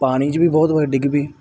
ਪਾਣੀ 'ਚ ਵੀ ਬਹੁਤ ਵਾਰ ਡਿੱਗ ਪਈ